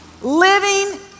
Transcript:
living